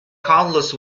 carlos